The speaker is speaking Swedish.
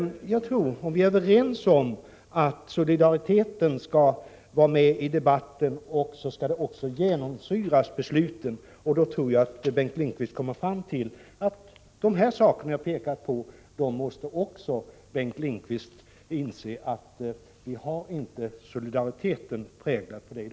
Om vi är överens om att solidariteten skall vara med i debatten, så skall det också genomsyra besluten. Då tror jag att Bengt Lindqvist kommer fram till att de saker jag påvisat inte präglas av solidaritetstanken.